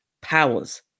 powers